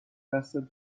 دستت